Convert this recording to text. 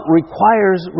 requires